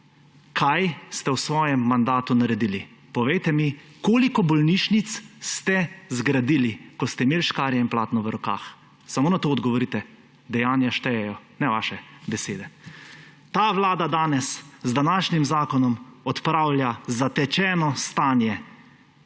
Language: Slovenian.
Kaj ste v svojem mandatu naredili? Povejte mi, koliko bolnišnic ste zgradili, ko ste imeli škarje in platno v rokah. Samo na to odgovorite, samo dejanja štejejo, ne vaše besede. Ta vlada danes z današnjim zakonom odpravlja zatečeno stanje